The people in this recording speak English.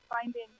finding